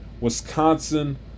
Wisconsin